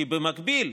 במקביל,